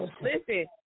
Listen